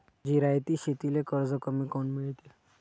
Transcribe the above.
जिरायती शेतीले कर्ज कमी काऊन मिळते?